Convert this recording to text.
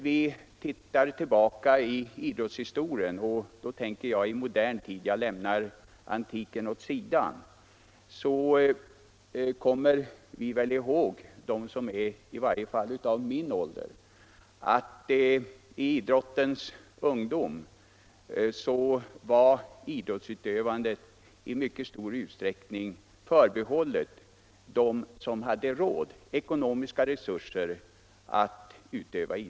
Vid en tillbakablick i idrottens historia — och då menar jag modern tid, jag lämnar antiken åt sidan — kan de som är i min ålder säkert erinra sig att idrottsutövandet i idrottens ungdom var förbehållet dem som hade råd till det.